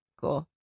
Cool